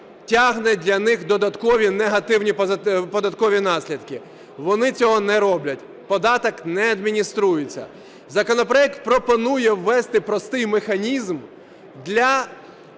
тягне для них додаткові негативні податкові наслідки. Вони цього не роблять, податок не адмініструється. Законопроект пропонує ввести простий механізм для